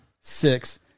six